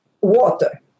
water